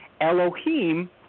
Elohim